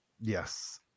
Yes